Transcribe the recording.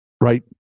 right